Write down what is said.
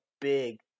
big